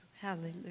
Hallelujah